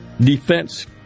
defense